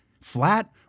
flat